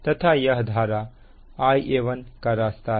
तथा यह धारा Ia1 का रास्ता है